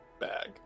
bag